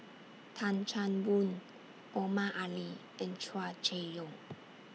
Tan Chan Boon Omar Ali and Hua Chai Yong